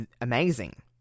amazing